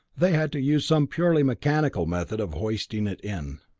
they had to use some purely mechanical method of hoisting it in.